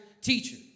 teacher